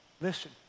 Listen